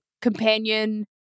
companion